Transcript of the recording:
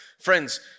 Friends